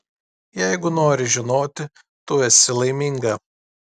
jeigu nori žinoti tu esi laiminga